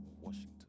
Washington